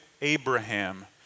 Abraham